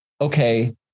okay